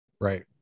Right